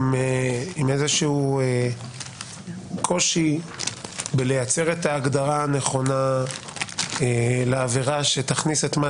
איזשהו קושי לייצר את ההגדרה הנכונה לעבירה שתכניס את מה